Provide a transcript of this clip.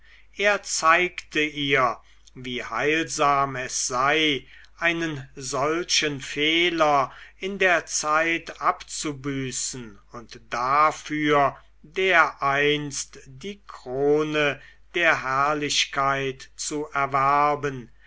er zeigte ihr wie heilsam es sei einen solchen fehler in der zeit abzubüßen und dafür dereinst die krone der herrlichkeit zu erwerben